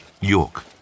York